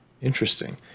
Interesting